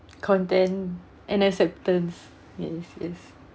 content and acceptance yes yes